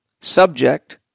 subject